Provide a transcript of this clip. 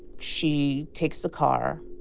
she takes the car.